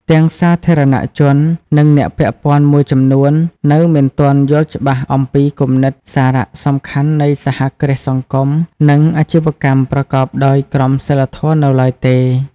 ទាំងសាធារណជន និងអ្នកពាក់ព័ន្ធមួយចំនួននៅមិនទាន់យល់ច្បាស់អំពីគំនិត សារៈសំខាន់នៃសហគ្រាសសង្គម និងអាជីវកម្មប្រកបដោយក្រមសីលធម៌នៅឡើយទេ ។